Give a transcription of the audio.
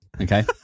Okay